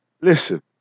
Listen